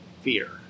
fear